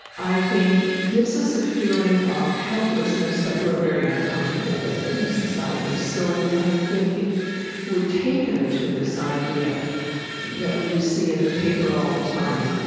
i think, gives us a feeling of helplessness that we're very uncomfortable with as a society. so i think we're taken to this idea that we see in the paper all the time.